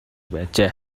байжээ